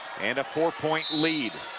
and a four-point lead.